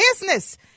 business